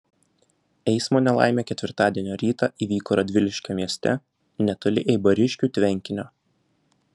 eismo nelaimė ketvirtadienio rytą įvyko radviliškio mieste netoli eibariškių tvenkinio